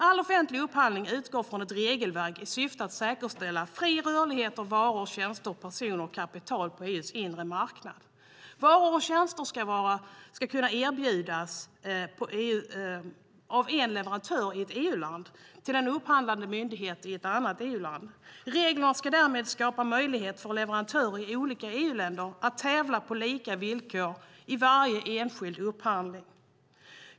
All offentlig upphandling utgår från ett regelverk i syfte att säkerställa fri rörlighet för varor, tjänster, personer och kapital på EU:s inre marknad. Varor och tjänster ska kunna erbjudas av en leverantör i ett EU-land till en upphandlande myndighet i ett annat EU-land. Reglerna ska därmed skapa möjligheter för leverantörer i olika EU-länder att tävla på lika villkor i varje enskild upphandling.